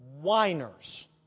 whiners